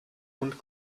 und